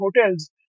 hotels